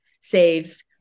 save